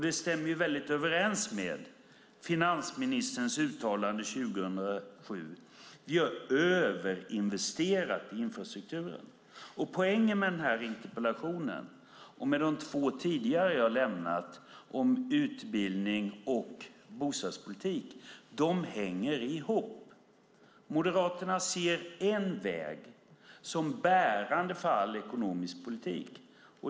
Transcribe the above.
Det stämmer väl överens med finansministerns uttalande 2007 om att vi har överinvesterat i infrastrukturen. Poängen med denna interpellation och med mina två tidigare om utbildning och bostadspolitik är att de hänger ihop. Moderaterna ser en väg som bärande för all ekonomisk politik.